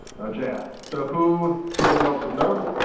no js. so who here develops with node?